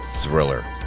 thriller